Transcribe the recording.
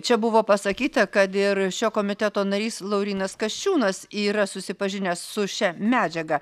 čia buvo pasakyta kad ir šio komiteto narys laurynas kasčiūnas yra susipažinęs su šia medžiaga